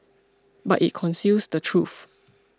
but it conceals the truth